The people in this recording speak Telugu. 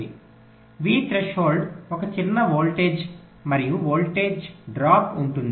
V థ్రెషోల్డ్ ఒక చిన్న వోల్టేజ్ మరియు వోల్టేజ్ డ్రాప్ ఉంటుంది